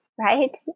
right